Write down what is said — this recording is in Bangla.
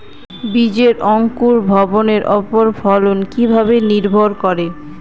বীজের অঙ্কুর ভবনের ওপর ফলন কিভাবে নির্ভর করে?